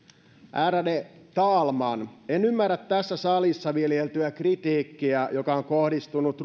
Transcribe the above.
ärade talman en ymmärrä tässä salissa viljeltyä kritiikkiä joka on kohdistunut